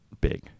big